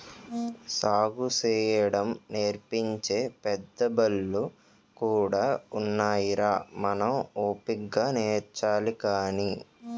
సాగుసేయడం నేర్పించే పెద్దబళ్ళు కూడా ఉన్నాయిరా మనం ఓపిగ్గా నేర్చాలి గాని